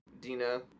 dina